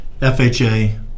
FHA